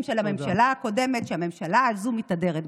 של הממשלה הקודמת שהממשלה הזאת מתהדרת בה.